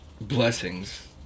blessings